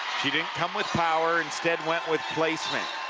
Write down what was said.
she didn't come with power instead went with placement.